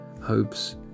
hopes